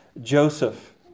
Joseph